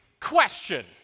question